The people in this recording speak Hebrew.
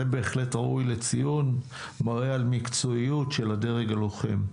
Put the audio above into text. זה מראה על מקצועיות של הדרג הלוחם.